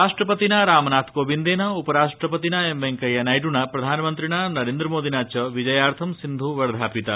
राष्ट्रपतिना रामनाथ कोविन्देन उपराष्ट्रपतिना एम वेंकैया नायडुना प्रधानमन्त्रिणा नरेन्द्रमोदिना च विजयार्थं सिन्धु वर्धापिता